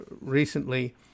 recently